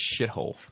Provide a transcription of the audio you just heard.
shithole